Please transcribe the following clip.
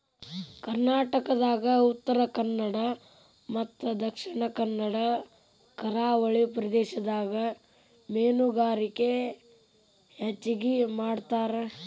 ಕರ್ನಾಟಕದಾಗ ಉತ್ತರಕನ್ನಡ ಮತ್ತ ದಕ್ಷಿಣ ಕನ್ನಡ ಕರಾವಳಿ ಪ್ರದೇಶದಾಗ ಮೇನುಗಾರಿಕೆ ಹೆಚಗಿ ಮಾಡ್ತಾರ